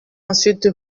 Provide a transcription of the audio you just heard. ensuite